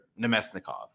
Nemesnikov